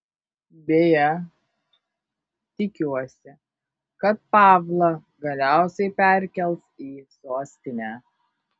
beje tikiuosi kad pavlą galiausiai perkels į sostinę